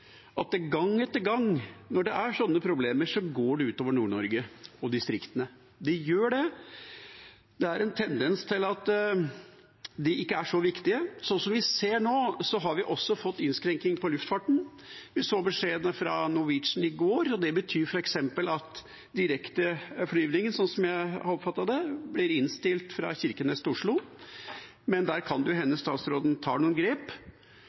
sånn at det gang etter gang, når det er sånne problemer, går ut over Nord-Norge og distriktene? For det gjør det. Det er en tendens til at de ikke er så viktige. Vi ser nå at vi også har fått innskrenkninger i luftfarten. Vi så beskjeden fra Norwegian i går. Det betyr f.eks. at direkteflygninger fra Kirkenes til Oslo, slik jeg oppfattet det, blir innstilt. Men der kan det jo hende statsråden tar noen grep.